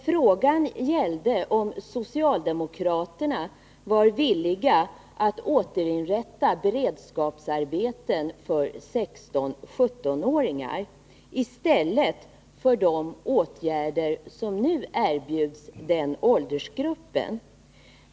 Frågan gällde om socialdemokraterna var villiga att återinrätta beredskapsarbeten för 16-17-åringar i stället för de åtgärder som nu erbjuds denna åldersgrupp.